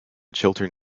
chiltern